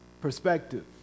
perspective